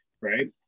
right